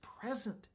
present